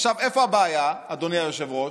איפה הבעיה, אדוני היושב-ראש?